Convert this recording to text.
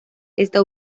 está